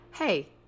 Hey